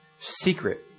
secret